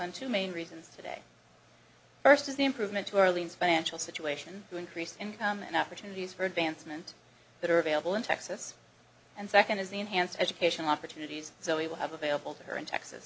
on two main reasons today first is the improvement to orleans financial situation to increase income and opportunities for advancement that are available in texas and second is the enhanced educational opportunities so we will have available to her in texas